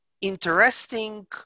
interesting